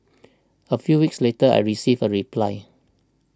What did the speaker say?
a few weeks later I received a reply